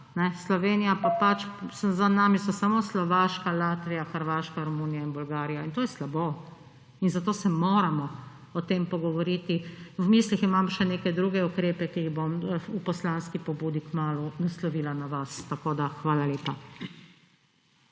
Slovenija pa pač … Za nami so samo Slovaška, Latvija, Hrvaška, Romunija in Bolgarija. In to je slabo. In zato se moramo o tem pogovoriti. V mislih imam še neke druge ukrepe, ki jih bom v poslanski pobudi kmalu naslovila na vas. Hvala lepa.